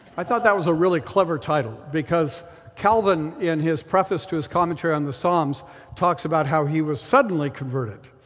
i thought that was a really clever title because calvin in his preface to his commentary on the psalms talks about how he was suddenly converted.